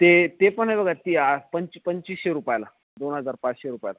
ते ते पण ए ती पंच पंचवीसशे रुपयाला दोन हजार पाचशे रुपयाला